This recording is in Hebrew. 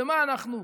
למה אנחנו,